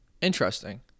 interesting